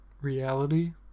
reality